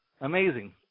Amazing